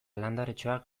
landaretxoak